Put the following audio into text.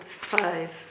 Five